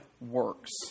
works